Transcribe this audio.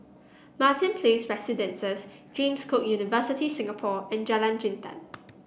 Martin Place Residences James Cook University Singapore and Jalan Jintan